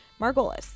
margolis